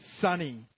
sunny